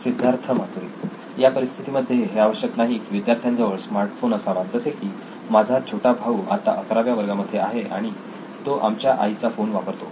सिद्धार्थ मातुरी या परिस्थितीमध्ये हे आवश्यक नाही की विद्यार्थ्यांजवळ स्मार्टफोन असावाजसे की माझा छोटा भाऊ आता अकराव्या वर्गांमध्ये आहे आणि तो आमच्या आईचा फोन वापरतो